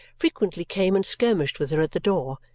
frequently came and skirmished with her at the door,